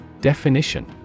Definition